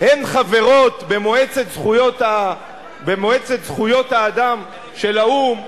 הן חברות במועצת זכויות האדם של האו"ם,